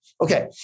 Okay